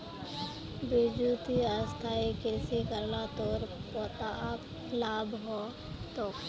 बिरजू ती स्थायी कृषि कर ल तोर पोताक लाभ ह तोक